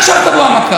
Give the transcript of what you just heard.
עכשיו תבוא המכה.